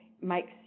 makes